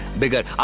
bigger